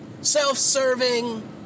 self-serving